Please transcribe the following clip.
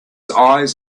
eyes